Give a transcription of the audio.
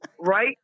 right